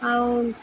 ଆଉ